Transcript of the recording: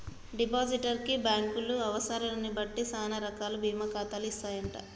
depositor కి బ్యాంకులు అవసరాన్ని బట్టి సానా రకాల బీమా ఖాతాలు ఇస్తాయంట